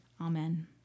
Amen